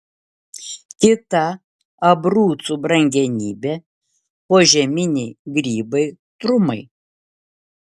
kita abrucų brangenybė požeminiai grybai trumai